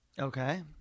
Okay